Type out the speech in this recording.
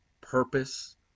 purpose